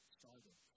started